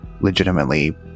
legitimately